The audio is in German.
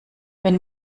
wenn